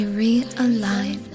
realign